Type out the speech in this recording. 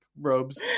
robes